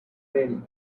ready